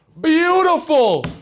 Beautiful